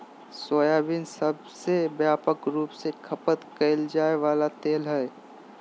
soybean सबसे व्यापक रूप से खपत कइल जा वला तेल हइ